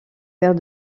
père